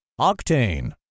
octane